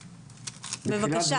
בבקשה.